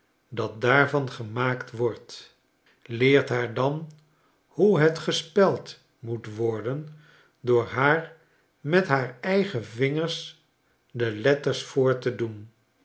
dat daarvan gemaakt wordt leert haar dan hoe het gespeld moet worden door haar met haar eigen vingers de letters voor te doen